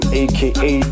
aka